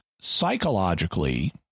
psychologically